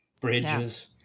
bridges